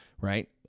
right